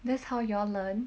that's how you all learn